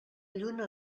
lluna